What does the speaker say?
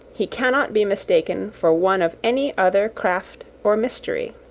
he cannot be mistaken for one of any other craft or mystery.